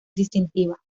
distintiva